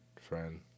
friend